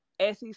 SEC